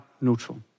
neutral